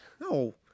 no